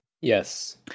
Yes